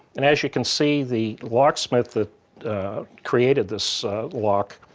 and as you can see, the locksmith that created this lock,